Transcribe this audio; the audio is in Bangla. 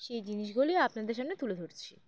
সেই জিনিসগুলি আপনাদের সামনে তুলে ধরছি